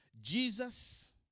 Jesus